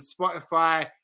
Spotify